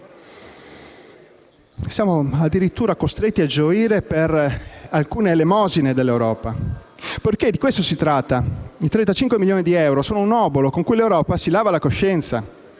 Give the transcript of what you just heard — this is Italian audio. Siamo costretti a gioire per alcune elemosine dell'Europa, perché di questo si tratta: i 35 milioni di euro sono un obolo con cui l'Europa si lava la coscienza;